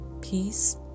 peace